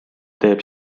teeb